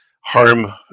harm